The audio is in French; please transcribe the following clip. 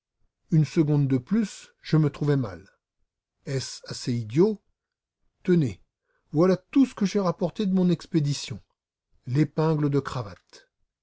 une seconde de plus je me trouvais mal est-ce assez idiot tenez voilà tout ce que j'ai rapporté de mon expédition l'épingle de cravate